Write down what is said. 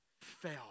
fell